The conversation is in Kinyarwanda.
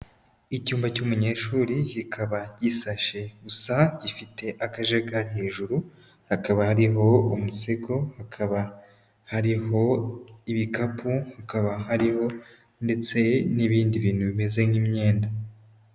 Icyumba cy'umunyeshuri kikaba gisashe, gusa gifite akajagari hejuru, hakaba hariho umusego, hakaba hariho ibikapu, hakaba hariho ndetse n'ibindi bintu bimeze nk'imyenda.